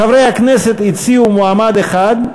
חברי הכנסת הציעו מועמד אחד,